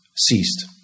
ceased